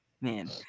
man